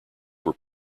were